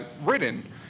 written